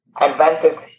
advances